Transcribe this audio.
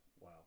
Wow